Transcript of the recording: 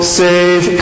save